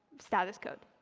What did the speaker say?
status code.